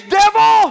devil